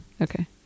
Okay